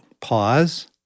pause